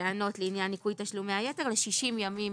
הטענות לעניין ניכוי תשלומי היתר ל-60 ימים